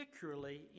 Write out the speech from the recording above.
particularly